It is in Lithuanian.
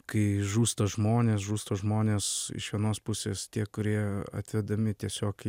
kai žūsta žmonės žūsta žmonės iš vienos pusės tie kurie atvedami tiesiog